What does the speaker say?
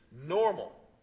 Normal